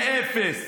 זה יהיה אפס.